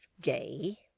Gay